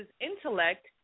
intellect